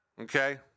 Okay